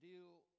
deal